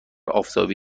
آفتابی